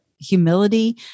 humility